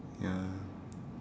ya